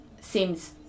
seems